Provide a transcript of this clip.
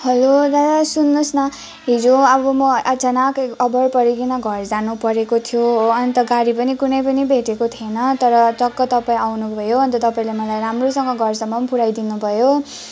hello दादा सुन्नुहोस न हिजो अब म अचानाक अभर परिकन घर जानुपरेको थियो अन्त गाडी पनि कुनै पनि भेटेको थिएन तर टक्क तपाईँ आउनुभयो अन्त तपाईँले मलाईँ राम्रोसँग घरसम्म पनि पुऱ्याइदिनु भयो